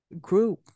group